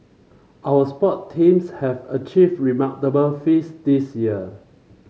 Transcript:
our sport teams have achieved remarkable feats this year